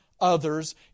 others